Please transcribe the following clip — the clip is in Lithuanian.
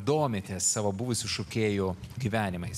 domitės savo buvusių šokėjų gyvenimais